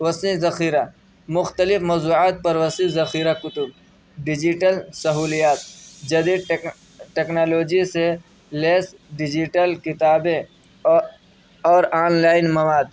وسیع ذخیرہ مختلف موضوعات پر وسیع ذخیرہ کتب ڈیجیٹل سہولیات جدید ٹیکنالوجی سے لیس ڈیجیٹل کتابیں اور آن لائن مواد